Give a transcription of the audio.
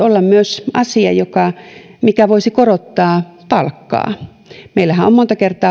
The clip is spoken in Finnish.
olla myös asia joka voisi korottaa palkkaa meillähän on on monta kertaa